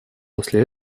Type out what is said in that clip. после